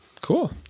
Cool